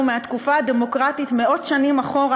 מהתקופה הדמוקרטית מאות שנים אחורה,